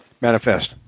Manifest